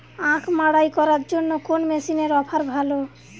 আখ মাড়াই করার জন্য কোন মেশিনের অফার ভালো?